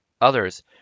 Others